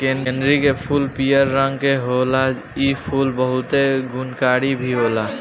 कनेरी के फूल पियर रंग के होखेला इ फूल बहुते गुणकारी भी होला